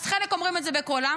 אז חלק אומרים את זה במכוון,